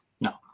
no